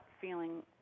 feeling